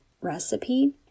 recipe